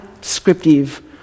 descriptive